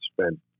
spent